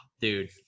Dude